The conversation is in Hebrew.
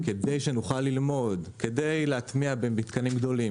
כדי שנוכל ללמוד; כדי להטמיע במתקנים גדולים;